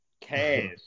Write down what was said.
Cash